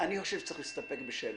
אני חושב שצריך להסתפק בשלט,